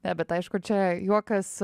ne bet aišku čia juokas